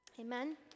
Amen